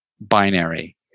binary